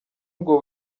ubwo